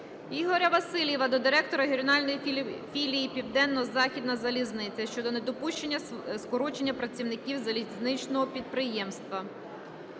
Ігоря Васильєва до директора регіональної філії "Південно-західна залізниця" щодо недопущення скорочення працівників залізничних підприємств.